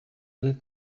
lit